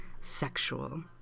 sexual